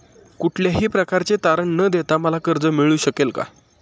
कुठल्याही प्रकारचे तारण न देता मला कर्ज मिळू शकेल काय?